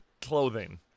clothing